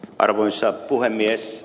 arvoisa puhemies